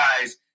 guys